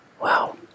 Wow